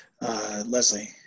Leslie